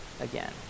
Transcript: again